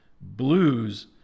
blues